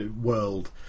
world